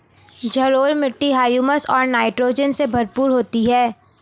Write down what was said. जलोढ़ मिट्टी हृयूमस और नाइट्रोजन से भरपूर होती है